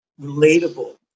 relatable